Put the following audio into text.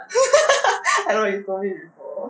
I know you told me before